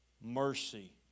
mercy